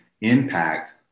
impact